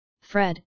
Fred